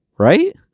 right